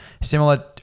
Similar